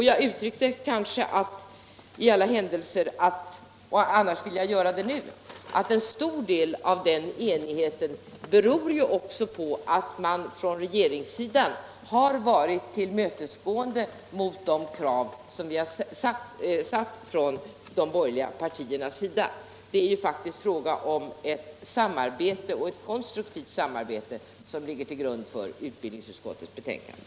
Jag uttryckte kanske — annars vill jag göra det nu —- att en stor del av den enigheten beror på att man från regeringens sida tillmötesgått de borgerliga partiernas krav. Det är faktiskt ett konstruktivt samarbete som ligger till grund för utbildningsutskottets betänkande.